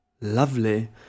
lovely